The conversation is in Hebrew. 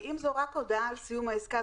שאם זו רק הודעה על סיום העסקה,